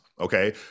okay